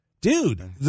Dude